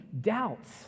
doubts